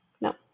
no